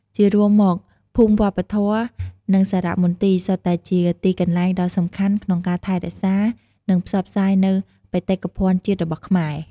ជារួមមក ភូមិវប្បធម៌ និងសារមន្ទីរ សុទ្ធតែជាទីកន្លែងដ៏សំខាន់ក្នុងការថែរក្សា និងផ្សព្វផ្សាយនូវបេតិកភណ្ឌជាតិរបស់ខ្មែរ។